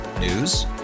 News